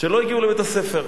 שלא הגיעו לבית-הספר.